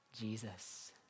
Jesus